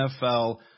NFL